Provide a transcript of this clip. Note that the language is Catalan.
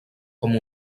com